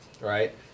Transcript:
Right